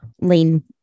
lean